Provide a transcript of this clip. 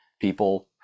people